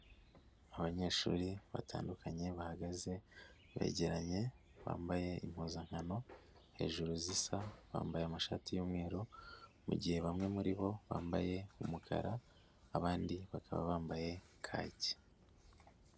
Abanyeshuri batandukanye bahagaze begeranye, bambaye impuzankano hejuru zisa bambaye amashati y'umweru mugihe bamwe muribo bambaye umukara abandi bakaba bambaye kaki.